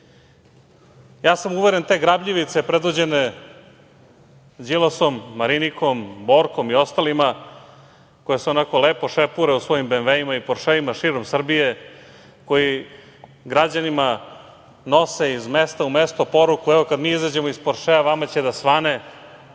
Ja sam uveren, te grabljivice predvođene Đilasom, Marinikom, Borkom i ostalima, koji se onako lepo šepure u svojim BMW-ima, Poršeima, širom Srbije, koji građanima nose iz mesta u mesto poruku, evo kad mi izađemo iz Poršea vama će da svane.